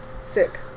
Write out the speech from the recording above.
Sick